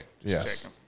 Yes